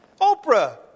Oprah